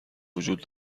وجود